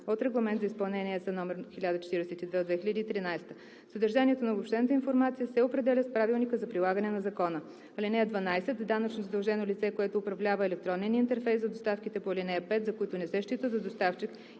от Регламент за изпълнение (ЕС) № 1042/2013. Съдържанието на обобщената информация се определя с правилника за прилагане на закона. (12) Данъчно задължено лице, което управлява електронен интерфейс за доставките по ал. 5, за които не се счита за доставчик,